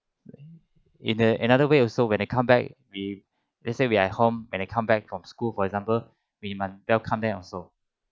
in a another way also when they come back we let's say we are at home and they come back from school for example we must welcome them also